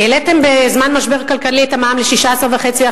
העליתם בזמן משבר כלכלי את המע"מ ל-16.5%,